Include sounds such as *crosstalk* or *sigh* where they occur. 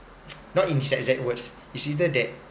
*noise* not in his exact words it's either that